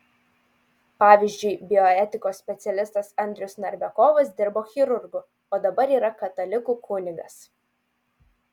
pavyzdžiui bioetikos specialistas andrius narbekovas dirbo chirurgu o dabar yra katalikų kunigas